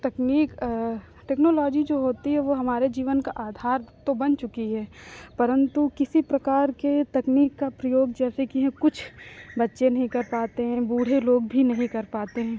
तकनीक टेक्नोलॉजी जो होती है वो हमारे जीवन का आधार तो बन चुकी है परन्तु किसी प्रकार के तकनीक का प्रयोग जैसे कि हैं कुछ बच्चे नहीं कर पाते हैं बूढ़े लोग भी नहीं कर पाते हैं